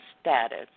status